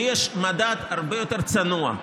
לי יש מדד הרבה יותר צנוע.